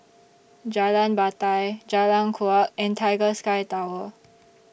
Jalan Batai Jalan Kuak and Tiger Sky Tower